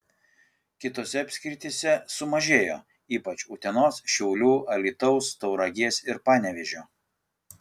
kitose apskrityse sumažėjo ypač utenos šiaulių alytaus tauragės ir panevėžio